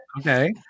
Okay